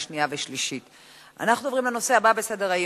אנחנו עוברים לתוצאות: